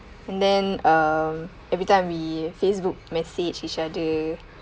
and then um every time we facebook message each other